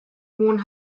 hohen